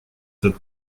that